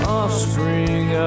Offspring